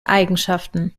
eigenschaften